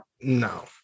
no